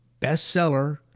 bestseller